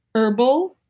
herbal,